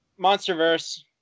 Monsterverse